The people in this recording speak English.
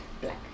black